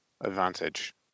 advantage